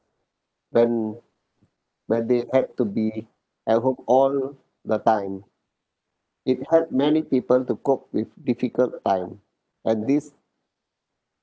then when they had to be at home all the time it help many people to cope with difficult time like these